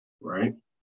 right